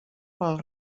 pel